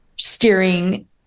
steering